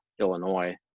Illinois